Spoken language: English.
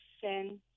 sin